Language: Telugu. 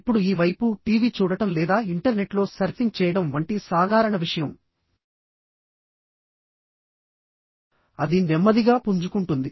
ఇప్పుడు ఈ వైపు టీవీ చూడటం లేదా ఇంటర్నెట్లో సర్ఫింగ్ చేయడం వంటి సాధారణ విషయం అది నెమ్మదిగా పుంజుకుంటుంది